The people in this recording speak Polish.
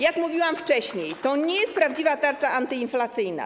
Jak mówiłam wcześniej, to nie jest prawdziwa tarcza antyinflacyjna.